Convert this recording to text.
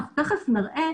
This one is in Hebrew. אנחנו תכף נראה,